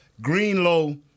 Greenlow